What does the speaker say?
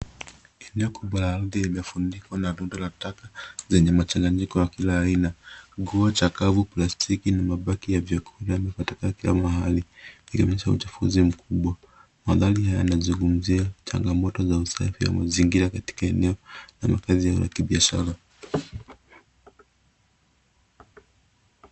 Eneo kubwa la ardhi imefunikwa na rundo la taka lenye machanganyiko ya kila aina. Nguo chakavu, plastiki, na mabaki ya vyakula yametapakaa kila mahali, yakionyesha uchafuzi mkubwa. Mandhari yanazungumzia changamoto za usafi wa mazingira katika eneo la makazi au la kibiashara.